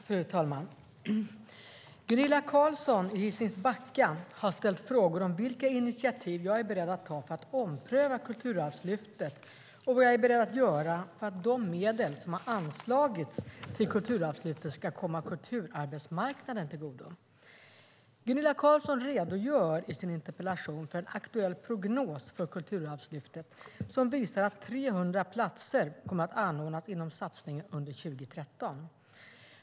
Fru talman! Gunilla Carlsson i Hisings Backa har ställt frågor om vilka initiativ jag är beredd att ta för att ompröva Kulturarvslyftet och om vad jag är beredd att göra för att de medel som har anslagits till Kulturarvslyftet ska komma kulturarbetsmarknaden till godo. Gunilla Carlsson redogör i sin interpellation för en aktuell prognos för Kulturarvslyftet som visar att 300 platser kommer att anordnas inom satsningen under 2013.